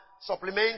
supplement